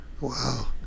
Wow